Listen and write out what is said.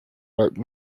wrote